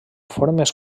formes